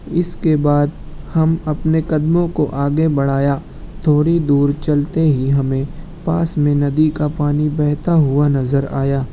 اِس کے بعد ہم اپنے قدموں کو آگے بڑھایا تھوڑی دور چلتے ہی ہمیں پاس میں ندی کا پانی بہتا ہُوا نظر آیا